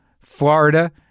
Florida